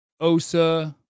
Osa